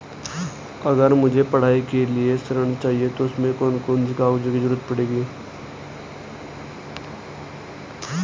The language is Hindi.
अगर मुझे पढ़ाई के लिए ऋण चाहिए तो उसमें कौन कौन से कागजों की जरूरत पड़ेगी?